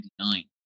1999